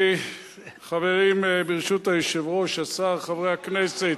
חברים, ברשות היושב-ראש, השר, חברי הכנסת,